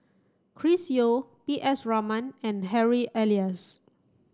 Chris Yeo P S Raman and Harry Elias